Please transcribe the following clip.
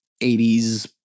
80s